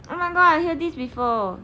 I remember I hear this before